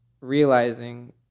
realizing